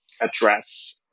address